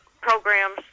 programs